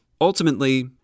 Ultimately